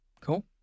Cool